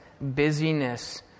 busyness